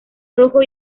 rojo